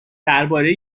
درباره